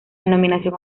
denominación